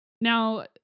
Now